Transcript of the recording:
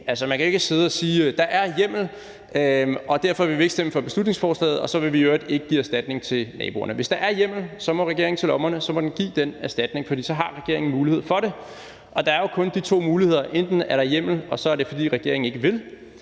man kan ikke sidde og sige: Der er hjemmel, men vi vil ikke stemme for beslutningsforslaget, og så vil vi i øvrigt ikke give erstatning til naboerne. Hvis der er hjemmel, må regeringen til lommerne, og så må den give den erstatning, for så har regeringen mulighed for det. Der er jo kun de to muligheder: Enten er der hjemmel, og så er det, fordi regeringen ikke vil,